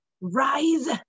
rise